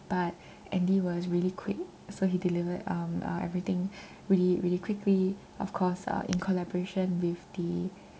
but andy was really quick so he delivered um uh everything really really quickly of course uh in collaboration with the